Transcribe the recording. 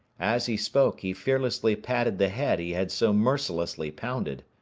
as he spoke he fearlessly patted the head he had so mercilessly pounded,